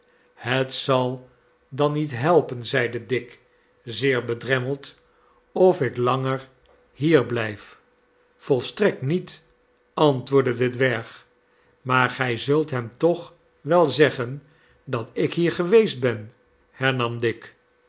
het zal dan niet helpen zeide dick zeer bedremmeld of ik langer hier blijf volstrekt niet antwoordde de dwerg maar gij zult hem toch wel zeggen dat ik hier geweest ben hernam dick